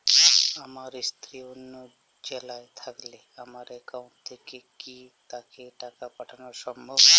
আমার স্ত্রী অন্য জেলায় থাকলে আমার অ্যাকাউন্ট থেকে কি তাকে টাকা পাঠানো সম্ভব?